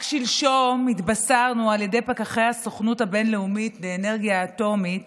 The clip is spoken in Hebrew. רק שלשום התבשרנו על ידי פקחי הסוכנות הבין-לאומית לאנרגיה אטומית